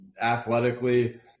athletically